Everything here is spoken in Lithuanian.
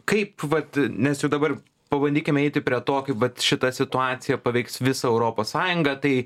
kaip vat nes jau dabar pabandykime eiti prie tokių bet šita situacija paveiks visą europos sąjungą tai